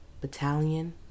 battalion